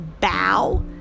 bow